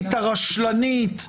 הרשלנית,